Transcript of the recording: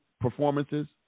performances